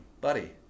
Buddy